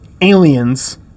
Aliens